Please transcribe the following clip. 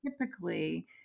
typically